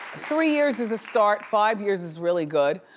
three years is a start, five years is really good.